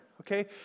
okay